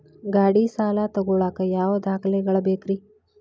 ಗಾಡಿ ಸಾಲ ತಗೋಳಾಕ ಯಾವ ದಾಖಲೆಗಳ ಬೇಕ್ರಿ?